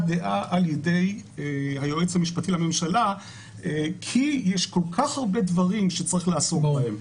דעה ע"י היועץ המשפטי לממשלה כי יש כל כך הרבה דברים שצריך לעסוק בהם,